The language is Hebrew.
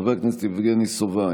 חבר הכנסת יבגני סובה,